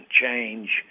change